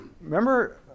remember